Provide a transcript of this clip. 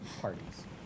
parties